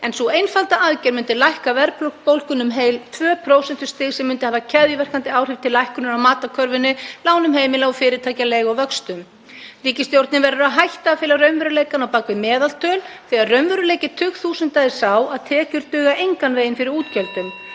en sú einfalda aðgerð myndi lækka verðbólguna um heil tvö prósentustig sem myndi hafa keðjuverkandi áhrif til lækkunar á matarkörfunni, lánum heimila og fyrirtækja, leigu og vöxtum. Ríkisstjórnin verður að hætta að fela raunveruleikann á bak við meðaltöl þegar raunveruleiki tugþúsunda er sá að tekjur duga engan veginn fyrir útgjöldum.